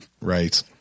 Right